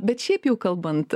bet šiaip jau kalbant